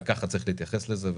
וככה צריך להתייחס לזה.